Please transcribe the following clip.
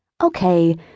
Okay